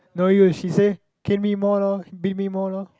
no use she say cane me more lor beat me more lor